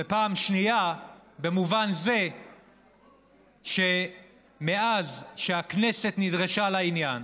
ופעם שנייה במובן זה שמאז שהכנסת נדרשה לעניין